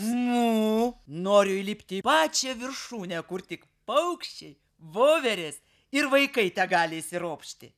mū noriu įlipti į pačią viršūnę kur tik paukščiai voverės ir vaikai tegali įsiropšti